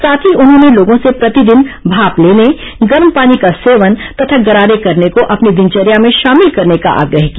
साथ ही उन्होंने लोगों से प्रतिदिन भाप लेने गर्म पानी का सेवन तथा गरारे करने को अपनी दिनचर्या में शामिल करने का आग्रह किया